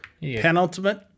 penultimate